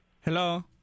Hello